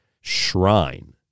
shrine